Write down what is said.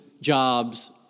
jobs